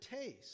taste